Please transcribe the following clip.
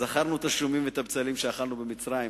זכרנו את השומים ואת הבצלים שאכלנו במצרים,